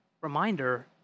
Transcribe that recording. reminder